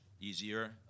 easier